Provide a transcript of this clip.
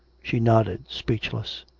she nodded, speechless.